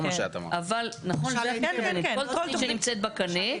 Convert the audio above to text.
כל היתר שנמצא בקנה,